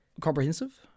comprehensive